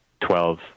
Twelve